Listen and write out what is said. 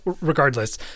regardless